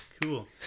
Cool